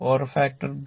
power factor 2